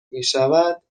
میشود